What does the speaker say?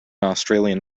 australian